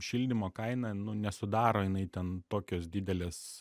šildymo kaina nesudaro jinai ten tokios didelės